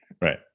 Right